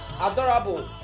adorable